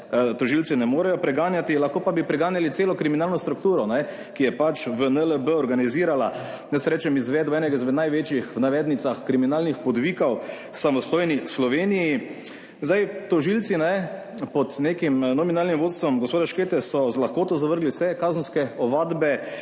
tožilci ne morejo preganjati, lahko pa bi preganjali celo kriminalno strukturo, ki je pač v NLB organizirala, jaz rečem izvedbo enega izmed največjih, v navednicah, kriminalnih podvigov v samostojni Sloveniji. Tožilci pod nekim nominalnim vodstvom gospoda Škete so z lahkoto zavrgli vse kazenske ovadbe,